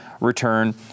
return